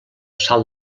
salt